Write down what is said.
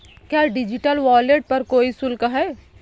क्या digital wallet पर कोई शुल्क है?